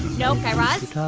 no. guy raz,